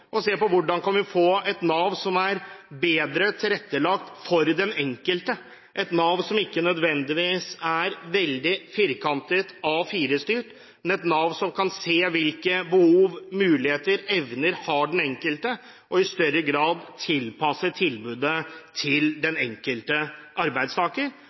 og ser på hvordan vi kan få et Nav som er bedre tilrettelagt for den enkelte, et Nav som ikke nødvendigvis er veldig firkantet og A4-styrt, men et Nav som kan se hvilke behov, muligheter og evner den enkelte har, og i større grad kan tilpasse tilbudet til den enkelte arbeidstaker